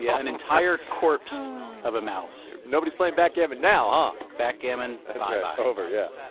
yeah an entire corpse of a mouse nobody's playing backgammon now, huh? backgammon, bye-bye over, yeah.